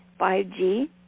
5G